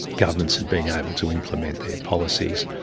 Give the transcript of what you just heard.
governments had been able to implement their policies.